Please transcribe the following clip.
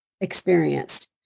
experienced